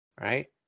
Right